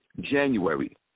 January